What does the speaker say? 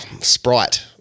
sprite